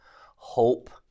hope